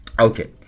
Okay